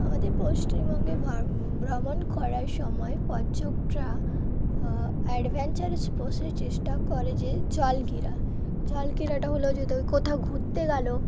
আমাদের পশ্চিমবঙ্গে ভ্র ভ্রমণ করার সময় পর্যটকরা অ্যাডভেঞ্চার স্পোর্টসের চেষ্টা করে যে জলক্রীড়া জল ক্রীড়াটা হলো যে কোথাও ঘুরতে গেলো